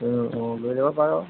অঁ লৈ যাব পাৰ